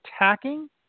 attacking